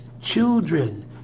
children